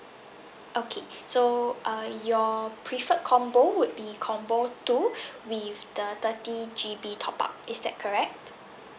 okay so uh your preferred combo would be combo two with the thirty G_B top up is that correct